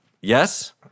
Yes